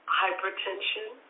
hypertension